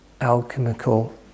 alchemical